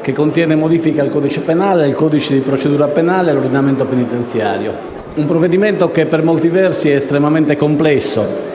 che contiene le modifiche al codice penale, al codice di procedura penale e all'ordinamento penitenziario. Un provvedimento che per molti versi è estremamente complesso,